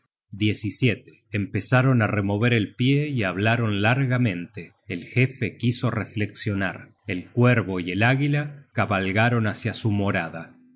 demas empezaron á remover el pie y hablaron content from google book search generated at largamente el jefe quiso reflexionar el cuervo y el águila cabalgaron hácia su morada